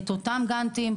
ואת אותם גאנטים,